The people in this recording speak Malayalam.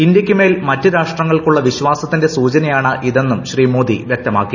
ഇന്ത്യയ്ക്ക് മേൽ മറ്റു രാഷ്ട്രങ്ങൾക്കുള്ള വിശ്വാസത്തിന്റെ സൂചനയാണ് ഇതെന്നും ശ്രീ മോദി വൃക്തമാക്കി